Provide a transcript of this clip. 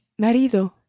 marido